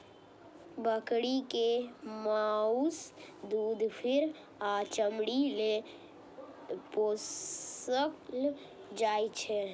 बकरी कें माउस, दूध, फर आ चमड़ी लेल पोसल जाइ छै